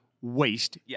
waste